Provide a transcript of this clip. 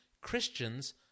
Christians